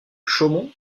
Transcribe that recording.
chaumont